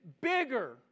bigger